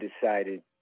decided